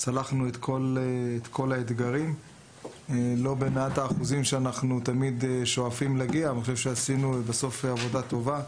צלחנו את כל האתגרים ואני חושב שעשינו עבודה טובה.